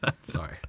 Sorry